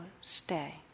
stay